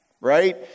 right